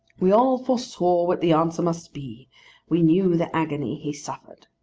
we all foresaw what the answer must be we knew the agony he suffered.